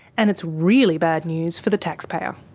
and it's really bad news for the taxpayer.